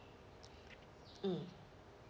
mm